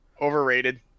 overrated